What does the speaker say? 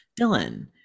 dylan